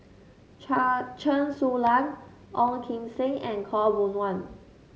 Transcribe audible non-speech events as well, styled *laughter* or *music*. *unintelligible* Chen Su Lan Ong Kim Seng and Khaw Boon Wan